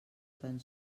tan